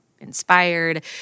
inspired